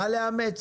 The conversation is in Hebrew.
מה לאמץ?